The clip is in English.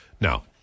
Now